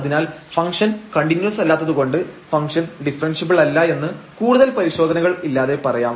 അതിനാൽ function continuous അല്ലാത്തതുകൊണ്ട് function differentiable അല്ല എന്ന് കൂടുതൽ പരിശോധനകൾ ഇല്ലാതെ പറയാം